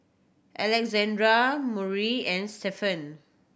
Alexandra Murry and Stephan